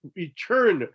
return